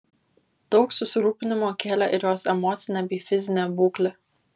daug susirūpinimo kėlė ir jos emocinė bei fizinė būklė